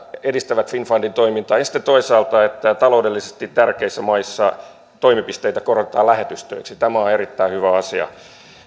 edistävät finnfundin toimintaa ja sitten toisaalta että taloudellisesti tärkeissä maissa toimipisteitä korotetaan lähetystöiksi tämä on erittäin hyvä asia